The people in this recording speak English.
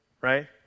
right